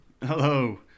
Hello